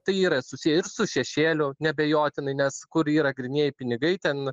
tai yra susiję ir su šešėliu neabejotinai nes kur yra grynieji pinigai ten